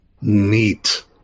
Neat